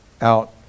out